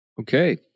Okay